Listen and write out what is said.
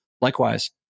Likewise